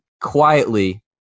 quietly